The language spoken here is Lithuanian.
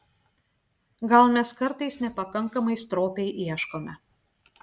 gal mes kartais nepakankamai stropiai ieškome